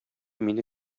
мине